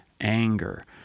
anger